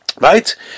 right